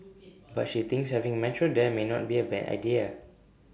but she thinks having metro there may not be A bad idea